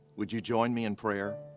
would you join me in prayer?